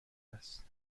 است